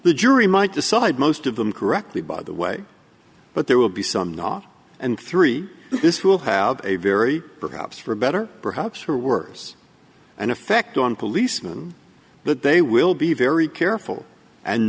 the jury might decide most of them correctly by the way but there will be some not and three this will have a very perhaps for a better perhaps for worse an effect on policeman but they will be very careful and